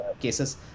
cases